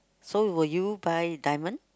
so will you buy diamond